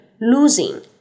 Losing